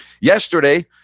Yesterday